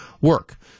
work